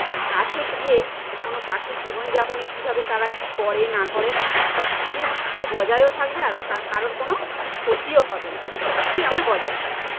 আর কাছে গিয়ে কোনো পাখির জীবন যাপনে কীভাবে তারা কী করে না করে সব কিছু বজায়ও থাকবে আর তার কারো কোনো ক্ষতিও হবে না সব কিছুই আমার বজায় থাকবে